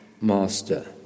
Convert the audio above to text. master